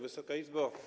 Wysoka Izbo!